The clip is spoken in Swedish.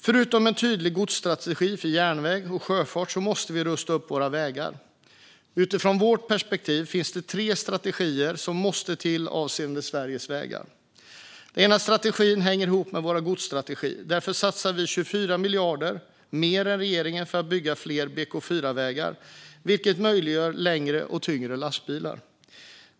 Förutom att ha en tydlig godsstrategi för järnväg och sjöfart måste vi rusta upp våra vägar. Utifrån vårt perspektiv finns det tre strategier som måste till avseende Sveriges vägar. Den ena strategin hänger ihop med vår godsstrategi. Därför satsar vi 24 miljarder mer än regeringen för att bygga fler BK4-vägar, vilket möjliggör längre och tyngre lastbilar.